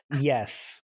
Yes